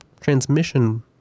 transmission